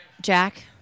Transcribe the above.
Jack